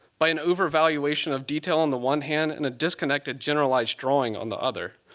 by an over-valuation of detail on the one hand, and a disconnected generalized drawing on the other.